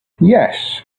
yes